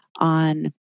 on